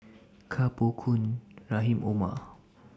Koh Poh Koon Rahim Omar